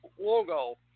logo